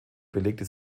belegte